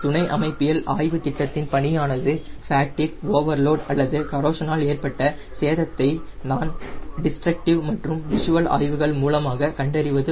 துணை அமைப்பியல் ஆய்வு திட்டத்தின் பணியானது ஃபேட்டிக் ஓவர்லோடு அல்லது கரோஷனால் ஏற்பட்ட சேதத்தை நான் டிஸ்ட்ரக்டிவ் மற்றும் விஷுவல் ஆய்வுகள் மூலமாக கண்டறிவது